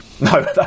no